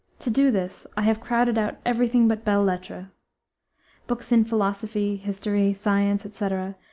to do this i have crowded out everything but belles-lettres. books in philosophy, history, science, etc,